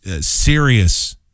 serious